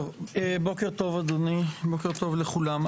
בוקר טוב, אדוני, בוקר טוב לכולם.